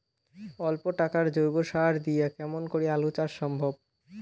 অল্প টাকার জৈব সার দিয়া কেমন করি আলু চাষ সম্ভব?